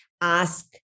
ask